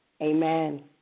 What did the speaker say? Amen